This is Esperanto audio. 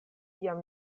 jam